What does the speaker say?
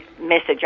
message